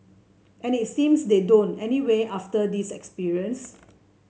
and it seems they don't anyway after this experience